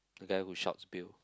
the guy who shouts Bill